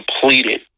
completed